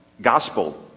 gospel